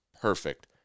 Perfect